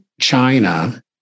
China